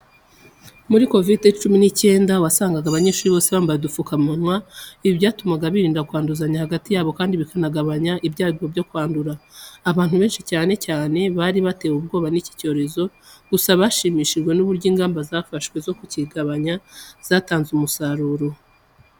Mu gihe cya Covide 19 wasangaga abanyeshuri bose bambaye udupfukamunwa, ibi byatumaga birinda kwanduzanya hagati yabo kandi bikanagabanya ibyago byo kwandura. Abantu benshi cyane bari batewe ubwoba n'iki cyorezo gusa bashimishijwe n'uburyo ingamba zafashwe zo kukirwanya zatanze umusaruro.